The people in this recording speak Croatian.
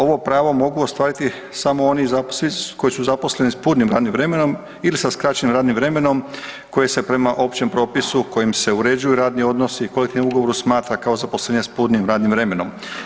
Ovo pravo mogu ostvariti samo oni koji su zaposleni s punim radnim vremenom ili sa skraćenim radnim vremenom koji se prema općem propisu kojim se uređuju radni odnosi i kolektivnom ugovoru kao zaposlenje s punim radnim vremenom.